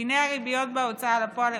דיני הריביות בהוצאה לפועל,